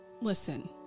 listen